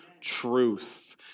truth